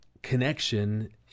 connection